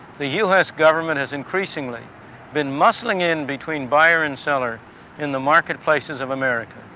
the u s. government has increasingly been muscling in between buyer and seller in the marketplaces of america.